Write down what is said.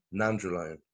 nandrolone